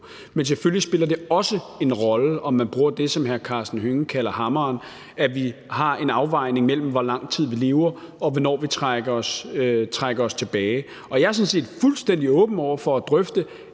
Men selvfølgelig spiller det også en rolle, om man bruger det, som hr. Karsten Hønge kalder hammeren – at vi har en afvejning imellem, hvor lang tid vi lever, og hvornår vi trækker os tilbage. Jeg er sådan set fuldstændig åben over for at drøfte